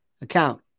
account